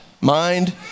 mind